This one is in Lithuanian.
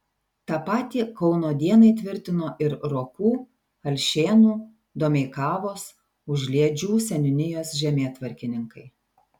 tą patį kauno dienai tvirtino ir rokų alšėnų domeikavos užliedžių seniūnijos žemėtvarkininkai